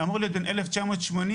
הוא אמור להיות בן 1980 ומעלה.